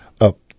up